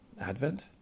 Advent